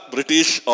British